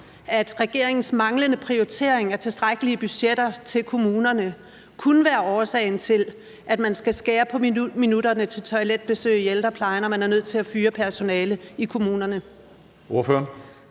at regeringens manglende prioritering af tilstrækkelige budgetter til kommunerne kunne være årsagen til, at man skal skære ned på minutterne til toiletbesøg i ældreplejen, og at man er nødt til at fyre personale i kommunerne?